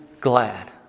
glad